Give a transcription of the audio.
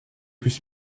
plus